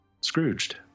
Scrooged